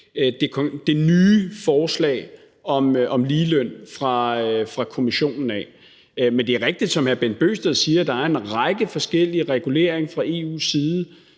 det nye forslag om ligeløn fra Kommissionen af. Men det er rigtigt, som hr. Bent Bøgsted siger, at der er en række forskellige reguleringer fra EU's side,